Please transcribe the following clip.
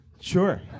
Sure